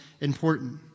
important